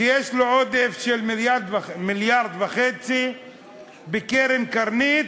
שיש לו עודף של מיליארד וחצי בקרן "קרנית",